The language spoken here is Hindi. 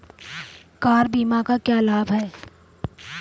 कार बीमा का क्या लाभ है?